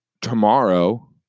tomorrow